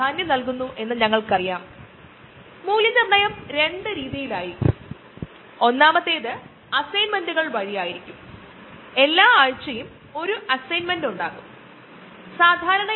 അവിടെ ശ്വാസകോശ കോശങ്ങൾ ക്യാൻസറായി മാറുന്നു അവ അനിയന്ത്രിതമായി വളരാൻ തുടങ്ങുന്നു മാത്രമല്ല അവ ശ്വാസകോശത്തിൽ സംഭവിക്കുന്ന വാതക കൈമാറ്റത്തെ തടസ്സപ്പെടുത്തുകയും ചെയ്യുന്നു ഇത് ജീവൻ നിലനിർത്തുന്നതിനും മറ്റും പ്രധാനമാണ്